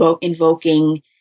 invoking